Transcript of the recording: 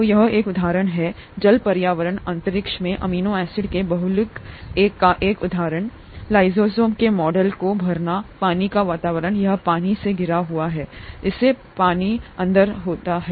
तो यह एक उदाहरण है जल पर्यावरण अंतरिक्ष में अमीनो एसिड के बहुलक का एक उदाहरण लाइसोजाइम के मॉडल को भरना पानी का वातावरण यह पानी से घिरा हुआ है इसे पानी अंदर होना है